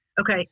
Okay